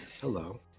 Hello